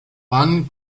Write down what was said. ban